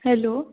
hello